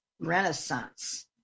renaissance